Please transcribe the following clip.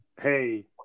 hey